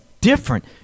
different